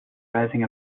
rising